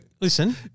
listen